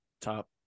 top